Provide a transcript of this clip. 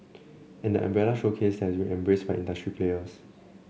and the umbrella showcase has been embraced by industry players